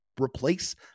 replace